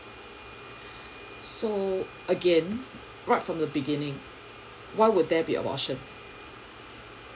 so again right from the beginning why would there be abortion